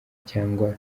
cyangwa